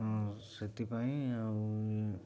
ହଁ ସେଥିପାଇଁ ଆଉ